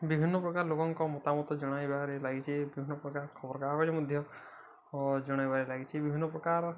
ବିଭିନ୍ନ ପ୍ରକାର ଲୋକଙ୍କ ମତାମତ ଜଣାଇବାରେ ଲାଗିଛି ବିଭିନ୍ନ ପ୍ରକାର ଖବରକାଗଜ ମଧ୍ୟ ଜଣାଇବାରେ ଲାଗିଛି ବିଭିନ୍ନ ପ୍ରକାର